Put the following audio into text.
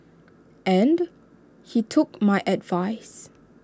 and he took my advice